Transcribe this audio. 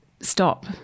stop